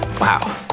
Wow